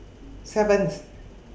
seventh